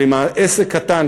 אבל אם עסק קטן,